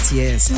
yes